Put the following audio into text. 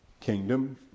kingdom